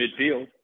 midfield